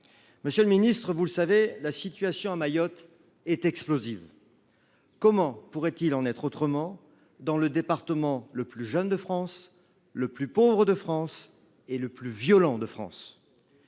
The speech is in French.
Monsieur le ministre, vous le savez, la situation à Mayotte est explosive. Comment pourrait il en être autrement dans le département le plus jeune, le plus pauvre et le plus violent de France ?